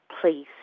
please